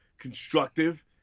Constructive